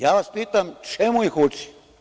Ja vas pitam čemu ih uče?